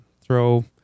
throw